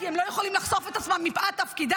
כי הם לא יכולים לחשוף את עצמם מפאת תפקידם,